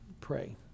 pray